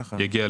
כך אמרו לנו